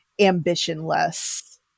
ambitionless